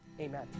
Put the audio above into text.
Amen